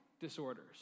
disorders